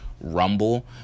rumble